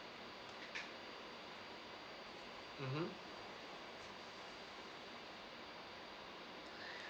mmhmm